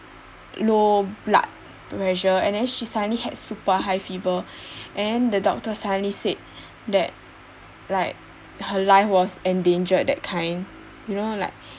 low blood pressure and then she suddenly had super high fever and then the doctor suddenly said that like her life was endangered that kind you know like